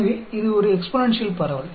எனவே இது ஒரு எக்ஸ்பொனேன்ஷியல் பரவல்